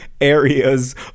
areas